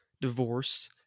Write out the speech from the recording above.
divorce